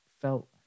felt